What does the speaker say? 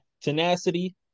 Tenacity